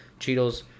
Cheetos